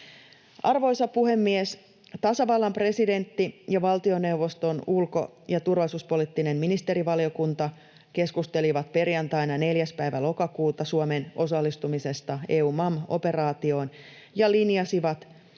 Arvoisa puhemies! Tasavallan presidentti ja valtioneuvoston ulko- ja turvallisuuspoliittinen ministerivaliokunta keskustelivat perjantaina 4. päivä lokakuuta Suomen osallistumisesta EUMAM-operaatioon ja linjasivat,